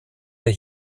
der